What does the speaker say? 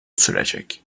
sürecek